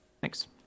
Thanks